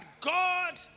God